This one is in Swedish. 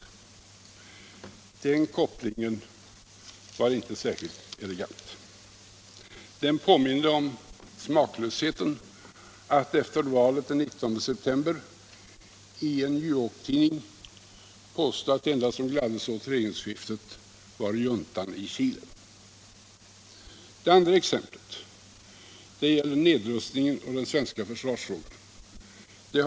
Den kopplingen var inte särskilt elegant. Den påminner om smaklösheten att efter valet den 19 september i en New York-tidning påstå att de enda som gladde sig åt regeringsskiftet var juntan i Chile. Det andra exemplet gäller nedrustningen och den svenska försvarsfrågan.